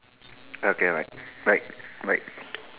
okay right right right